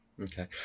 Okay